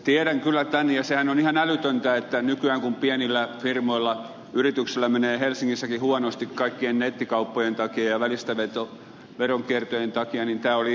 tiedän kyllä tämän ja sehän on ihan älytöntä että nykyään kun pienillä firmoilla yrityksillä menee helsingissäkin huonosti kaikkien nettikauppojen takia ja välistävetojen ja veronkiertojen takia niin tämä oli ihan älytön juttu